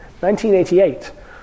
1988